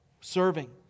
serving